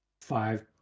five